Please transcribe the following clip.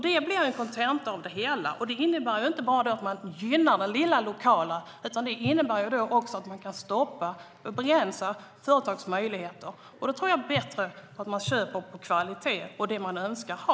Det blir kontentan av det hela, och det innebär inte bara att man gynnar det lilla lokala utan också att man begränsar företagens möjligheter. Då är det bättre att man köper kvalitet och det man vill ha.